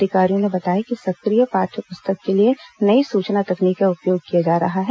अधिकारियों ने बताया कि सक्रिय पाठय प्रस्तक के लिए नई सूचना तकनीक का उपयोग किया जा रहा है